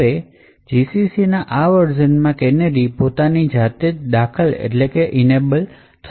હવે gcc ના આ વર્ઝનમાં કેનેરી પોતાની જાતે જ દાખલ થશે